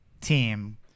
team